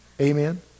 Amen